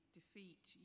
defeat